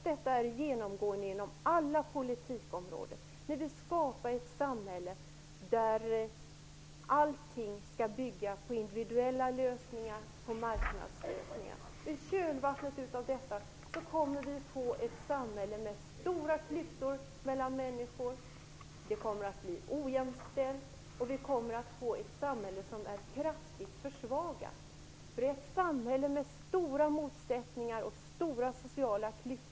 Detta är genomgående inom alla politikområden. Ni vill skapa ett samhälle där allting skall bygga på individuella lösningar och på marknadslösningar. I kölvattnet kommer vi att få ett samhälle med stora klyftor mellan människor. Det kommer att bli ett ojämställt samhälle och ett samhälle som är kraftigt försvagat. Det blir ett samhälle med stora motsättningar och stora sociala klyftor.